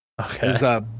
Okay